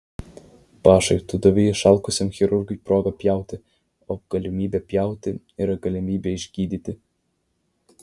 bašai tu davei išalkusiam chirurgui progą pjauti o galimybė pjauti yra galimybė išgydyti